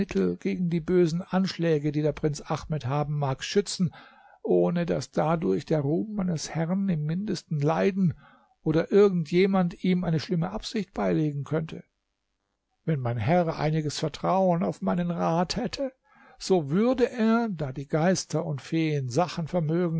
gegen die bösen anschläge die der prinz ahmed haben mag schützen ohne daß dadurch der ruhm meines herrn im mindesten leiden oder irgend jemand ihm eine schlimme absicht beilegen könnte wenn mein herr einiges vertrauen auf meinen rat hätte so würde er da die geister und feen sachen vermögen